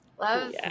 love